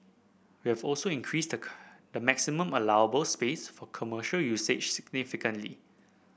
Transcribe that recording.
we have also increased the maximum allowable space for commercial usage significantly